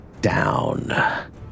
down